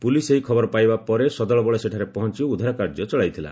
police ଏହି ଖବର ପାଇବା ପରେ ସଦଳବଳେ ସେଠାରେ ପହଞ୍ଚ ଉଦ୍ଧାର କାର୍ଯ୍ୟ ଚଳାଇଥିଲା